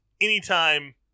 anytime